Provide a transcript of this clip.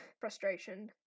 frustration